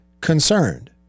concerned